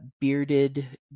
bearded